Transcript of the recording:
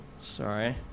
Sorry